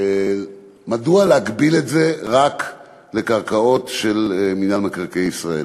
מדוע להגביל את זה רק לקרקעות של מינהל מקרקעי ישראל?